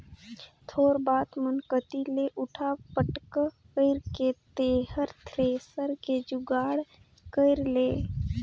थोर बात मन कति ले उठा पटक कइर के तेंहर थेरेसर के जुगाड़ कइर ले